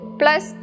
plus